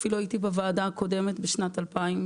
אפילו הייתי בוועדה הקודמת בשנת 2013,